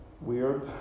weird